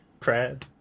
Crab